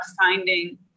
finding